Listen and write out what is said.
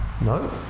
No